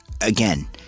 again